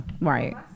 Right